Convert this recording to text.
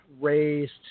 raised